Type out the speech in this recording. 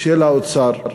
של האוצר,